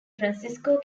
francisco